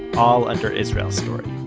all under israel story.